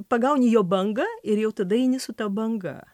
pagauni jo bangą ir jau tada eini su ta banga